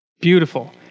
Beautiful